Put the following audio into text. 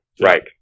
right